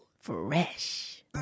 Fresh